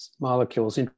molecules